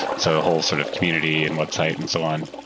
so a whole sort of community in what site and so on,